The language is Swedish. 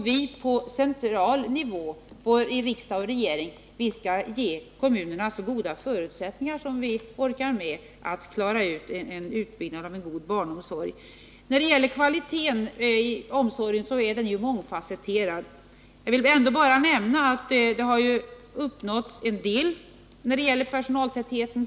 Vi på central nivå, riksdag och regering, skall ge kommunerna så goda förutsättningar som vi orkar med för att klara utbyggnaden av en god barnomsorg. Kvaliteten i omsorgen är ju mångfasetterad. Jag vill bara nämna att en del har uppnåtts när det gäller personaltätheten.